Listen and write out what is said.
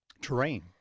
terrain